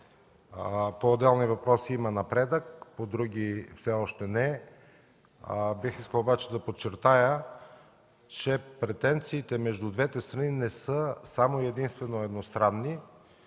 По отделни въпроси има напредък, по други – все още не. Бих искал обаче да подчертая, че претенциите между двете страни не са само и единствено едностранни,